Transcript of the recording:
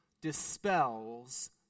dispels